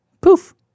poof